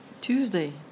Tuesday